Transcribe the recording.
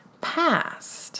past